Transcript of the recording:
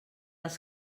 els